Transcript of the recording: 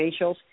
facials